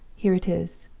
here it is